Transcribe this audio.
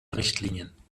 richtlinien